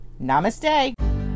namaste